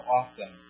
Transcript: often